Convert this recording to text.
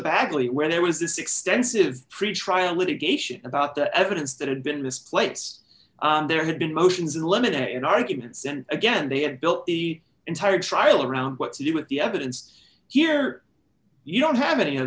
badly where there was this extensive pretrial litigation about the evidence that had been misplaced there have been motions in limine in arguments and again they had built the entire trial around what to do with the evidence here you don't have any